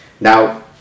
Now